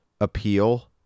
appeal